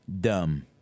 dumb